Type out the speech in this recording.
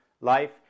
life